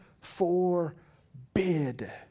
forbid